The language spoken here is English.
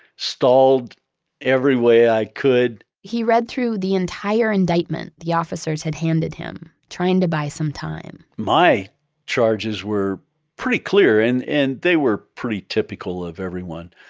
stalled every way i could he read through the entire indictment the officers had handed him, trying to buy some time my charges were pretty clear, and and they were pretty typical of everyone.